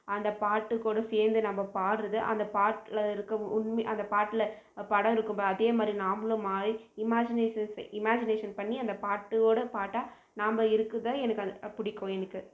அந்த பாட்டு கூட சேர்ந்து நம்ம பாடுறது அந்த பாட்டில் இருக்க உண்மை அந்த பாட்டில் படம் இருக்குமே அதேமாதிரி நாம்மளும் மாறி இமாஜினேஷன்ஸு இமாஜினேஷன் பண்ணி அந்த பாட்டு ஓட பாட்டாக நாம்ம இருக்கிறது தான் எனக்கு அது பிடிக்கும் எனக்கு